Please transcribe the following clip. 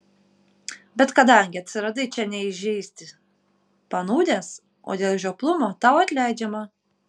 bet kadangi atsiradai čia ne įžeisti panūdęs o dėl žioplumo tau atleidžiama